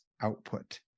output